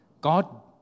God